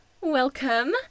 welcome